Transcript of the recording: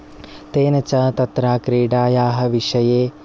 तेन च तत्र क्रिडायाः विषये